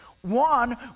One